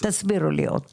תסבירו לי עוד פעם.